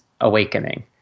awakening